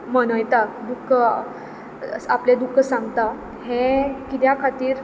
मनयता दूख आपलें दूख सांगता हें कित्या खातीर